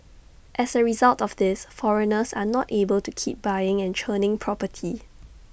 as A result of this foreigners are not able to keep buying and churning property